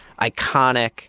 iconic